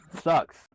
sucks